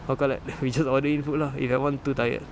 how you call that we just order in food lah if everyone too tired